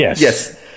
Yes